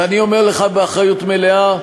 ואני אומר לך באחריות מלאה: